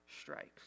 strikes